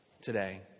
today